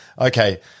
okay